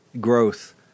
growth